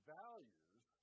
values